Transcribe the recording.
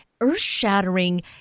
earth-shattering